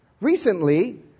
Recently